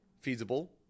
feasible